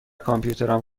کامپیوترم